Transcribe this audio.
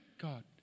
God